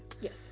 yes